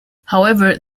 however